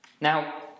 Now